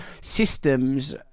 systems